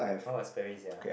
all is Sperrys ya